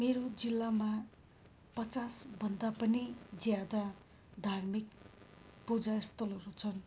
मेरो जिल्लामा पचासभन्दा पनि ज्यादा धार्मिक पूजा स्थलहरू छन्